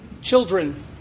children